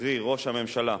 קרי, ראש הממשלה,